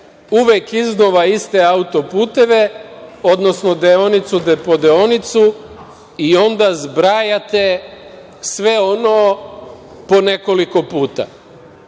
uvek iznova iste autoputeve, odnosno deonicu po deonicu, i onda zbrajate sve ono po nekoliko puta. Vi